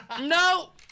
no